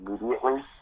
immediately